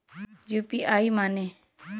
UPI माने?